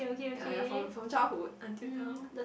ya ya from from childhood until now